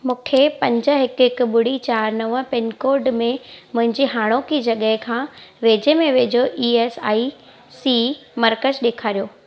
मूंखे पंज हिकु हिकु ॿुड़ी चारि नव पिनकोड में मुंहिंजी हाणोकी जॻह खां वेझे में वेझो ई एस आई सी मर्कज़ ॾेखारियो